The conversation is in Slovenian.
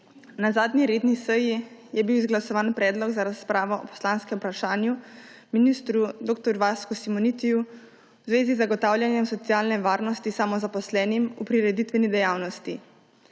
Na zadnji redni seji je bil izglasovan predlog za razpravo o poslanskem vprašanju ministru dr. Vasku Simonitiju v zvezi z zagotavljanjem socialne varnosti samozaposlenim v prireditveni dejavnosti.